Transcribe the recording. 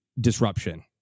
disruption